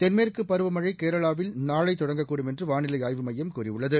தென்மேற்கு பருவமழை கேரளாவில் நாளை தொடங்கக்கூடும் என்று வாளிலை ஆய்வு மையம் கூறியுள்ளது